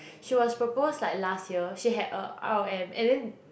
she was proposed like last year she had a r_o_m and then